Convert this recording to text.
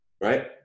right